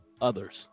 others